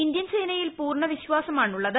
Indian സേനയിൽ പൂർണവിശ്വാസമാണ് ഉള്ളത്